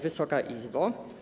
Wysoka Izbo!